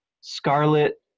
scarlet